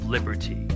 Liberty